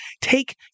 take